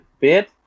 bit